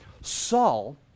Saul